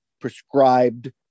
prescribed